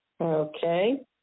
Okay